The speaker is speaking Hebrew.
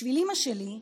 בשביל אימא שלי,